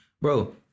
bro